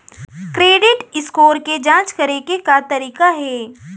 Credit score के जाँच करे के का तरीका हे?